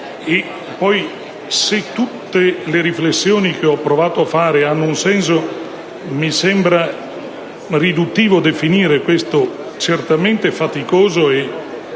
Se poi tutte le riflessioni che ho provato a fare hanno un senso, mi sembra riduttivo definire questo certamente faticoso e